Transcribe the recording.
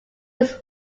was